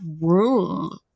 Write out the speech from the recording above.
room